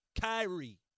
Kyrie